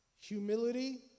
humility